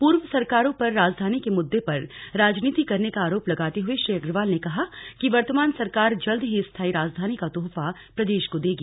पूर्व सरकारों पर राजधानी के मुद्दे पर राजनीति करने का आरोप लगाते हुए श्री अग्रवाल ने कहा कि वर्तमान सरकार जल्द ही स्थायी राजधानी का तोहफा प्रदेश को देगी